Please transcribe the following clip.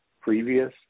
previous